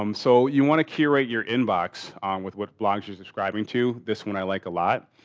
um so, you want to curate your inbox on with what blogs you're subscribing to. this one i like a lot.